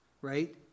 right